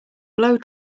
blow